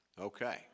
Okay